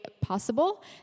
possible